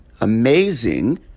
amazing